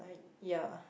ya